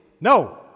No